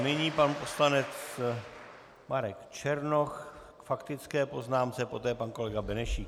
Nyní pan poslanec Marek Černoch k faktické poznámce, poté pan kolega Benešík.